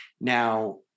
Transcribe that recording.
Now